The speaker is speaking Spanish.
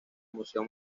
museo